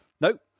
Nope